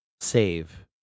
save